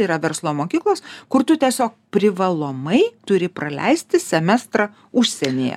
yra verslo mokyklos kur tu tiesiog privalomai turi praleisti semestrą užsienyje